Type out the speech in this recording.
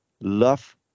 love